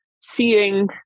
seeing